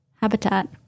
habitat